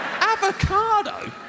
Avocado